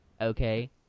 Okay